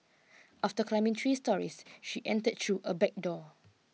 after climbing three storeys she entered through a back door